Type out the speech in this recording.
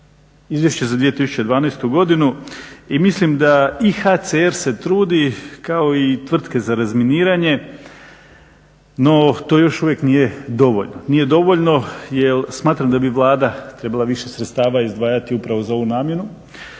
izvješće za 2012. godinu i mislim da i HCR se trudi kao i tvrtke za razminiranje, no to još uvijek nije dovoljno. Nije dovoljno jer smatram da bi Vlada trebala više sredstava izdvajati upravo za ovu namjenu.